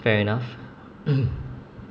fair enough